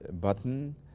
button